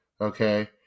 Okay